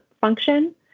function